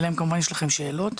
אלא אם יש לכם שאלות,